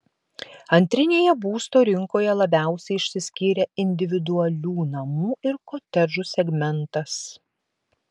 antrinėje būsto rinkoje labiausiai išsiskyrė individualių namų ir kotedžų segmentas